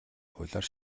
хуулиар